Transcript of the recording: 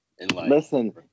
Listen